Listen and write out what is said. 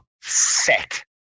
set